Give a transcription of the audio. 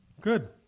Good